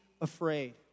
afraid